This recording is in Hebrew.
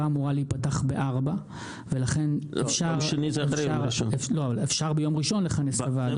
אמורה להיפתח בשעה 16:00 ולכן אפשר לכנס את הוועדות